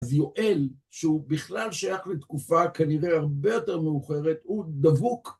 אז יואל, שהוא בכלל שייך לתקופה כנראה הרבה יותר מאוחרת, הוא דבוק.